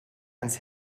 ans